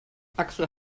axel